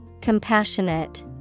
Compassionate